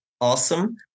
awesome